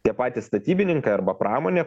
tie patys statybininkai arba pramonė